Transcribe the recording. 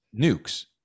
nukes